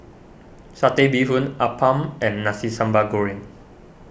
Satay Bee Hoon Appam and Nasi Sambal Goreng